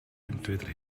entweder